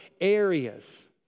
areas